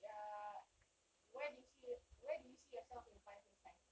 ah where do you see where do you see yourself in five years' time